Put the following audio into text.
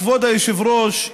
כבוד היושב-ראש,